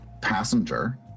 Passenger